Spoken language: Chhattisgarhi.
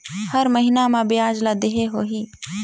हर महीना मा ब्याज ला देहे होही?